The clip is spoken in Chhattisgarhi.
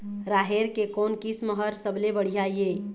राहेर के कोन किस्म हर सबले बढ़िया ये?